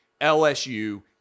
LSU